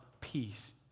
peace